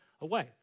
away